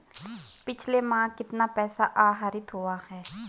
पिछले माह कितना पैसा आहरित हुआ है?